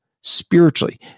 spiritually